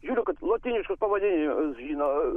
žiūriu kad lotyniškus pavadinimus žino